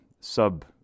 sub